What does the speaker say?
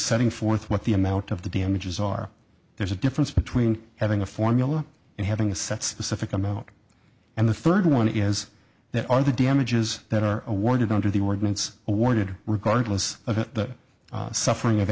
setting forth what the amount of the damages are there's a difference between having a formula and having a sets the civic amount and the third one is that are the damages that are awarded under the ordinance awarded regardless of the suffering of